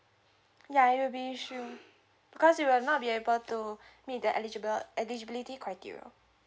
ya you will be issue cause you will not be able to meet the eligible eligibility criteria